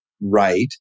right